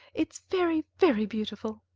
it's very, very beautiful.